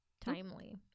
Timely